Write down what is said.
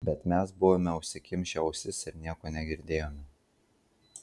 bet mes buvome užsikimšę ausis ir nieko negirdėjome